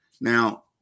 Now